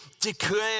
declare